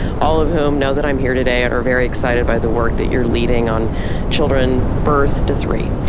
all of whom know that i'm here today and are very excited by the work that you're leading on children birth to three.